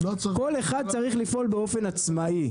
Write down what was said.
כל אחד צריך לפעול באופן עצמאי.